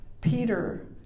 Peter